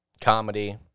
comedy